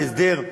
להסדר,